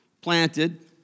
planted